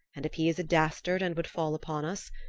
and if he is a dastard and would fall upon us,